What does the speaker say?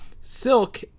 Silk